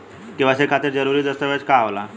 KYC खातिर जरूरी दस्तावेज का का होला?